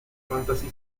fantasy